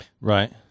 Right